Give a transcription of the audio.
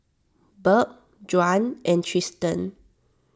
Burk Juan and Tristen